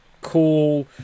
cool